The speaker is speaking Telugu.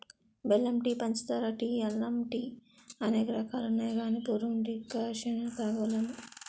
బెల్లం టీ పంచదార టీ అల్లం టీఅనేక రకాలున్నాయి గాని పూర్వం డికర్షణ తాగోలుము